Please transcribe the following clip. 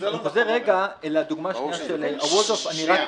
חוזר לדוגמה השנייה של "וולדורף אסטוריה".